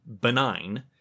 benign